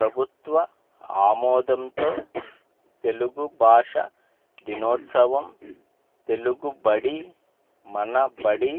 ప్రభుత్వ ఆమోదంతో తెలుగు భాష దినోత్సవం తెలుగుబడి మనబడి